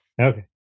Okay